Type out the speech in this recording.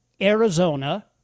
Arizona